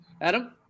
Adam